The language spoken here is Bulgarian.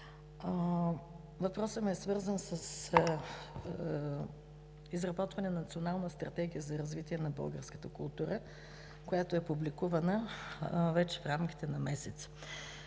Въпросът ми е свързан с изработване на Национална стратегия за развитие на българската култура, която е публикувана вече в рамките на месец.